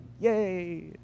Yay